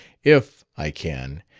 if i can,